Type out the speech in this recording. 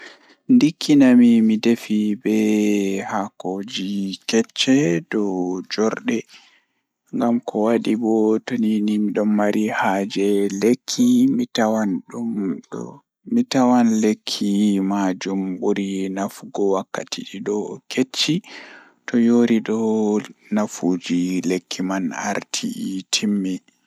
Eh njaram jei mi ɓuri yiɗugo Miɗo yiɗi jeyɗi ndewbo ceedu sabu o waɗi seŋndi ngam no feewi. Ndewbo ceedu ɗum waɗtude ko haɗtude ceedu, waɗtude ndiyam woni taƴre, kadi tonndude ceedu ngal. O waɗi soseede ngam njamɗe ngal.